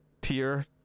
tier